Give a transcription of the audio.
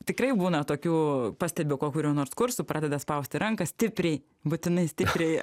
tikrai būna tokių pastebiu po kokių nors kursų pradeda spausti ranką stipriai būtinai stipriai